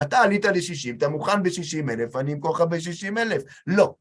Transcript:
אתה עלית ל-60, אתה מוכן ב-60,000, אני אמכור לך ב-60,000? לא!